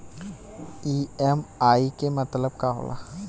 EMI के मतलब का होला?